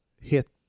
hit